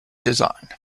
design